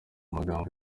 magambo